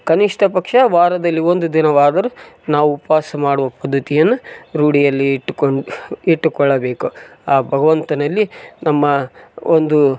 ಕನಿಷ್ಟ ಪಕ್ಷ ವಾರದಲ್ಲಿ ಒಂದು ದಿನವಾದರು ನಾವು ಉಪವಾಸ ಮಾಡುವ ಪದ್ಧತಿಯನ್ನ ರೂಢಿಯಲ್ಲಿ ಇಟ್ಕೊಂಡು ಇಟ್ಟುಕೊಳ್ಳಬೇಕು ಆ ಭಗವಂತನಲ್ಲಿ ನಮ್ಮ ಒಂದು